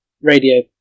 radio